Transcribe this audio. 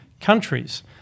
countries